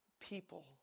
people